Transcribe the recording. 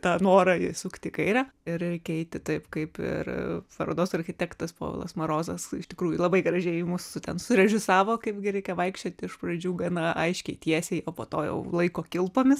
tą norą sukti į kairę ir reikia eiti taip kaip ir parodos architektas povilas marozas iš tikrųjų labai gražiai mus ten surežisavo kaipgi reikia vaikščioti iš pradžių gana aiškiai tiesiai o po to jau laiko kilpomis